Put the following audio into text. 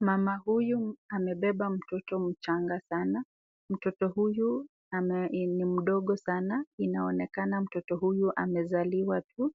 Mama huyu amebeba mtoto mchanga sana, mtoto huyu ni mdogo sana inaonekana mtoto huyu amezaliwa tu